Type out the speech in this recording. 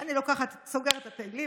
אני סוגרת את התהילים,